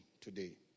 today